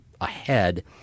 ahead